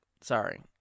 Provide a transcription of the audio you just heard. Sorry